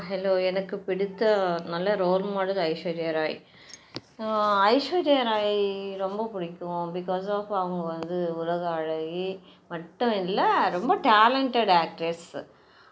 hello எனக்கு பிடித்த நல்ல ரோல் மாடல் ஐஸ்வர்யா ராய் ஐஸ்வர்யா ராய் ரொம்ப பிடிக்கும் பிகாஸ் ஆஃப் அவங்க வந்து உலக அழகி மட்டும் இல்லை ரொம்ப டேலண்ட்டட் ஆக்ட்ரஸு